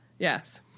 Yes